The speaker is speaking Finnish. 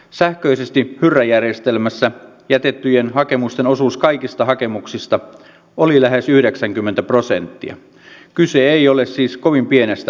sähköisesti korojärjestelmässä jätettyjen hakemusten osuus kaikista hakemuksista oli lähes yhdeksänkymmentä prosenttia kyse ei ole siis kovin pienestä